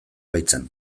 baitzen